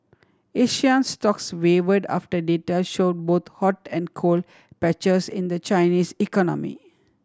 Asian stocks wavered after data show both hot and cold patches in the Chinese economy